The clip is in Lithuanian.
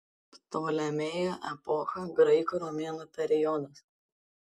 ptolemėjų epocha graikų romėnų periodas